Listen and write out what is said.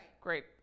great